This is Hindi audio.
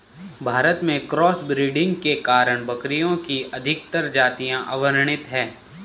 भारत में क्रॉस ब्रीडिंग के कारण बकरियों की अधिकतर जातियां अवर्णित है